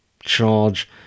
charge